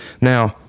now